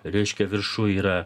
reiškia viršuj yra